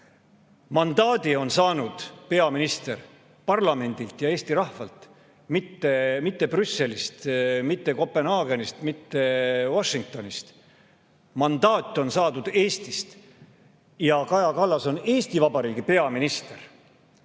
Mandaadi on peaminister saanud parlamendilt ja Eesti rahvalt, mitte Brüsselist, Kopenhaagenist või Washingtonist. Mandaat on saadud Eestist ja Kaja Kallas on Eesti Vabariigi peaminister.